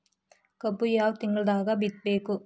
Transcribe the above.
ಕಬ್ಬು ಯಾವ ತಿಂಗಳದಾಗ ಬಿತ್ತಬೇಕು?